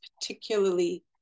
particularly